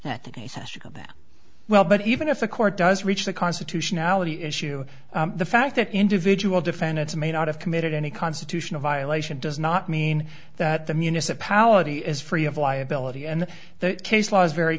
that he said that well but even if a court does reach the constitutionality issue the fact that individual defendants may not have committed any constitutional violation does not mean that the municipality is free of liability and that case law is very